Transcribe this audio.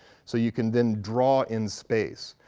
so you can then draw in space,